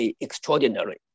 extraordinary